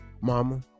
Mama